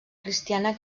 cristiana